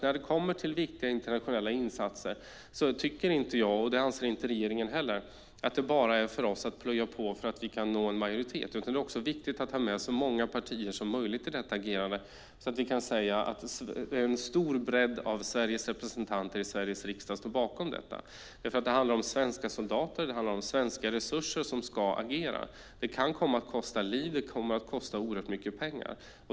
När det kommer till viktiga internationella insatser anser inte jag eller regeringen att vi bara ska plöja på för att få en majoritet, utan det är viktigt att ha med oss så många partier som möjligt, så att vi kan säga att en stor bredd av Sveriges riksdag står bakom detta. Det handlar om svenska soldater som ska agera och om svenska resurser. Det kan komma att kosta liv, och det kommer att kosta oerhört mycket pengar.